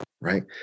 right